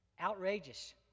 outrageous